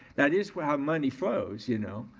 that is how money flows, you know.